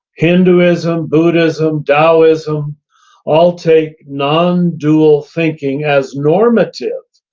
hinduism, buddhism, taoism all take non-dual thinking as normative,